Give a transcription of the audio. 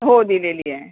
हो दिलेली आहे